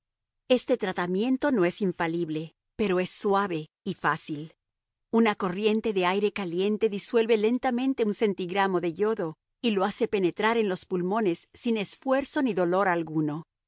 este tratamiento no es infalible pero es suave y fácil una corriente de aire caliente disuelve lentamente un centigramo de yodo y lo hace penetrar en los pulmones sin esfuerzo ni dolor alguno